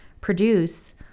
produce